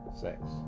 Sex